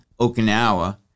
okinawa